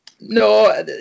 No